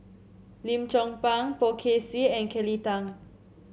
Lim Chong Pang Poh Kay Swee and Kelly Tang